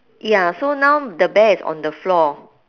ya so now the bear is on the floor